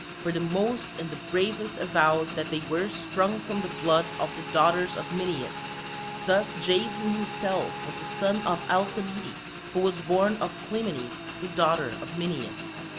for the most and the bravest avowed that they were sprung from the blood of the daughters of minyas thus jason himself was the son of alcimede who was born of clymene the daughter of minyas.